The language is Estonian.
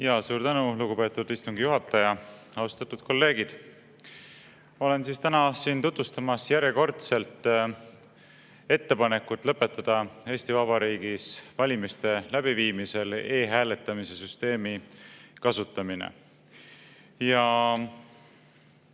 Suur tänu, lugupeetud istungi juhataja! Austatud kolleegid! Ma olen täna siin tutvustamas järjekordselt ettepanekut lõpetada Eesti Vabariigis valimiste läbiviimisel e-hääletamise süsteemi kasutamine.